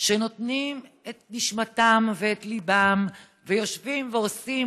שנותנים את נשמתם ואת ליבם ויושבים ועושים